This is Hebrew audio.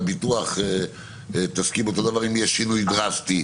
ביטוח תסכים לאותו דבר אם יש שינוי דרסטי